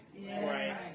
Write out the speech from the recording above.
Right